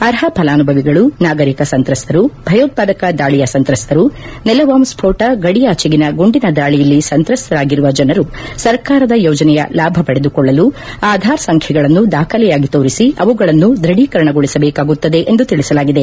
ಅರ್ಹ ಫಲಾನುಭವಿಗಳು ನಾಗರಿಕ ಸಂತ್ರಸ್ತರು ಭಯೋತ್ಪಾದಕ ದಾಳಿಯ ಸಂತ್ರಸ್ತರು ನೆಲಬಾಂಬ್ ಸ್ವೋಟ ಗಡಿಯಾಚೆಗಿನ ಗುಂಡಿನ ದಾಳಿಯಲ್ಲಿ ಸಂತ್ರಸ್ತರಾಗಿರುವ ಜನರು ಸರ್ಕಾರದ ಯೋಜನೆಯ ಲಾಭ ಪಡೆದುಕೊಳ್ಳಲು ಅಧಾರ್ ಸಂಖ್ಯೆಗಳನ್ನು ದಾಖಲೆಯಾಗಿ ದ್ಬಧೀಕರಣಗೊಳಿಸಬೇಕಾಗುತ್ತದೆ ಎಂದು ತಿಳಿಸಲಾಗಿದೆ